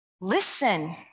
listen